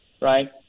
right